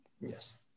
Yes